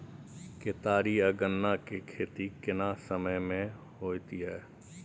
केतारी आ गन्ना के खेती केना समय में होयत या?